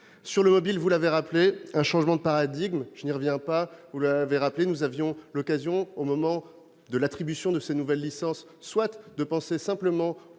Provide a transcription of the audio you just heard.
couverture mobile, vous l'avez rappelé, il y a eu un changement de paradigme, je n'y reviens pas. Nous avions l'occasion, au moment de l'attribution de ces nouvelles licences, soit de penser simplement